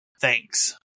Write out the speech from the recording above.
Thanks